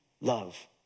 love